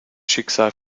schicksal